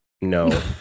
no